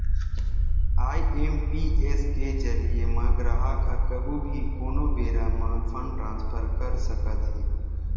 IMPS के जरिए म गराहक ह कभू भी कोनो बेरा म फंड ट्रांसफर कर सकत हे